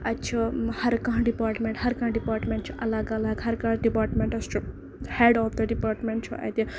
اَتہِ چھُ ہر کانہہ ڈِپارٹمینٹ ہر کانہہ ڈِپارٹمینٹ چھُ اَلگ الگ ہر کانہہ ڈِپارمینٹَس چھُ ہیڈ آف دَ ڈِپارٹمینٹ چھُ اَتہِ